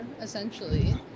essentially